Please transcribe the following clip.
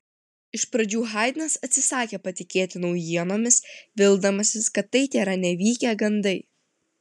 iš pradžių haidnas atsisakė patikėti naujienomis vildamasis kad tai tėra nevykę gandai